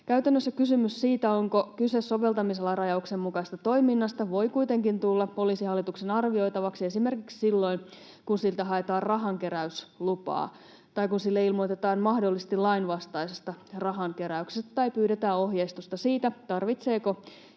Käytännössä kysymys siitä, onko kyse soveltamisalarajauksen mukaisesta toiminnasta, voi kuitenkin tulla Poliisihallituksen arvioitavaksi esimerkiksi silloin, kun siltä haetaan rahankeräyslupaa tai kun sille ilmoitetaan mahdollisesti lainvastaisesta rahankeräyksestä tai pyydetään ohjeistusta siitä, tarvitseeko